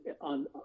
on